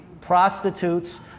prostitutes